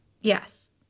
Yes